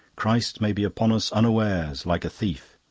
christ may be upon us unawares, like a thief?